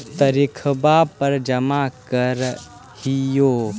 तरिखवे पर जमा करहिओ?